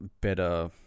better